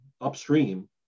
upstream